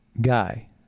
guy